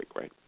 right